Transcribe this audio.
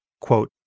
quote